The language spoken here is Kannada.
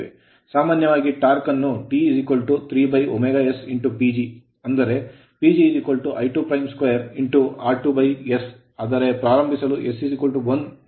ಸಾಮಾನ್ಯವಾಗಿ torque ಟಾರ್ಕ್ ಅನ್ನು T3s PG ಆದರೆ PGI2'2r2's ಆದರೆ ಪ್ರಾರಂಭಿಸಲು s1 ಎಂದು ನೀಡಲಾಗುತ್ತದೆ